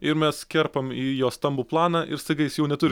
ir mes kerpam į jo stambų planą ir staiga jis jau neturi